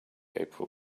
april